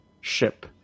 ship